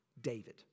David